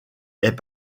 est